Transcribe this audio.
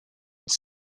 its